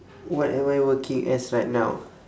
what am I working as right now